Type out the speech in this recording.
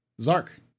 Zark